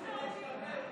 הבטיחו שזה ישתפר,